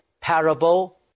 parable